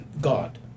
God